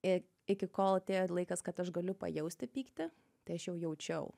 ir iki kol atėjo laikas kad aš galiu pajausti pyktį tai aš jau jaučiau